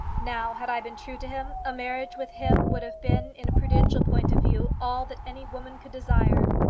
now, had i been true to him, a marriage with him would have been, in a prudential point of view, all that any woman could desire.